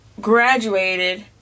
graduated